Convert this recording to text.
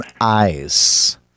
eyes